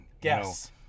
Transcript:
Guess